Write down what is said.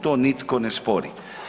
To nitko ne spori.